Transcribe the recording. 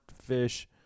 fish